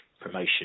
promotion